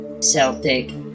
Celtic